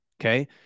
Okay